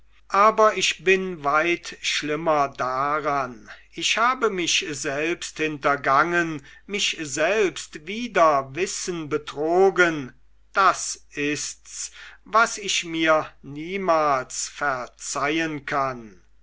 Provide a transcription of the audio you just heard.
aber ich bin weit schlimmer daran ich habe mich selbst hintergangen mich selbst wider wissen betrogen das ist's was ich mir niemals verzeihen kann